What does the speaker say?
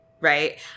Right